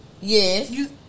yes